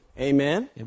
Amen